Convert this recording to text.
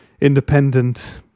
independent